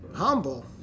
Humble